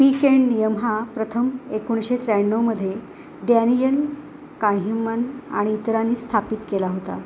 weekend नियम हा प्रथम एकोणीशे त्र्याण्णवमध्ये डॅनियन काहीमन आणि इतरांनी स्थापित केला होता